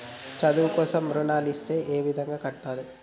చదువు కోసం రుణాలు ఇస్తే ఏ విధంగా కట్టాలి?